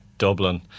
Dublin